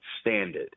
standard